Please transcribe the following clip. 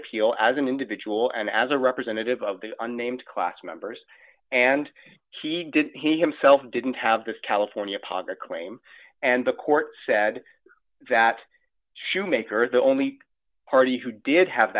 appeal as an individual and as a representative of the unnamed class members and he did he himself didn't have this california paga claim and the court said that shoemaker the only party who did have